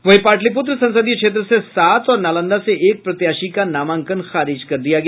वहीं पाटलिपुत्र संसदीय क्षेत्र से सात और नालंदा से एक प्रत्याशी का नामांकन खारिज कर दिया गया